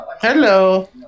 Hello